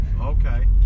Okay